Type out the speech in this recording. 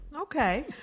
Okay